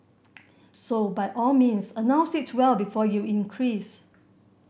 so by all means announce it well before you increase